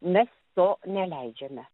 mes to neleidžiame